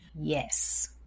Yes